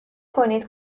کنید